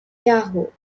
yahoo